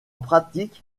pratique